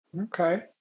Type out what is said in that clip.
Okay